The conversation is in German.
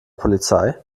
polizei